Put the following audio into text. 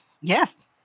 Yes